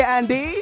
Andy